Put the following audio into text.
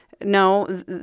No